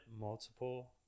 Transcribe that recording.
multiple